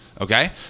Okay